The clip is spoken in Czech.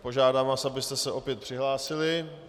Požádám vás, abyste se opět přihlásili.